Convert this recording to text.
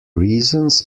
reasons